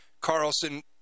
Carlson